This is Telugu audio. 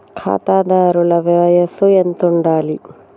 ఖాతాదారుల వయసు ఎంతుండాలి?